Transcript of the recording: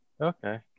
okay